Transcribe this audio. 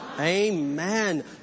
Amen